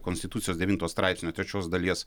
konstitucijos devinto straipsnio trečios dalies